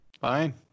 Fine